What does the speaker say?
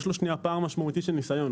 יש לו פער משמעותי של נסיון.